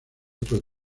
otro